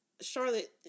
Charlotte